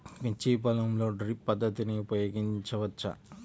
మిర్చి పొలంలో డ్రిప్ పద్ధతిని ఉపయోగించవచ్చా?